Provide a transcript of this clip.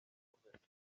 kumesa